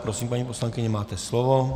Prosím, paní poslankyně, máte slovo.